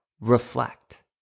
reflect